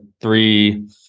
three